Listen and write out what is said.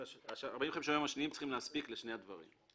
45 הימים הנוספים צריכים להספיק לשני הדברים.